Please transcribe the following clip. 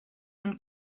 and